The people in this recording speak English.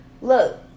Look